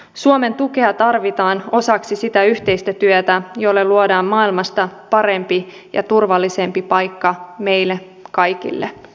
suomen tukea tarvitaan osaksi sitä yhteistä työtä jolla luodaan maailmasta parempi ja turvallisempi paikka meille kaikille